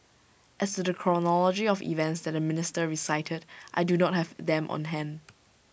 as to the chronology of events that the minister recited I do not have them on hand